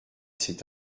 cet